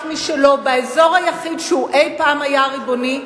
משלו באזור היחיד שאי-פעם היה ריבוני,